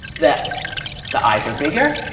the the eyes are bigger,